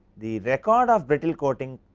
the record of brittle coating,